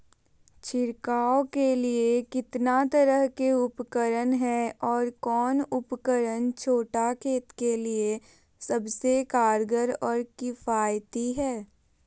छिड़काव के लिए कितना तरह के उपकरण है और कौन उपकरण छोटा खेत के लिए सबसे कारगर और किफायती है?